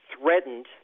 threatened